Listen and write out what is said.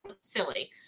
silly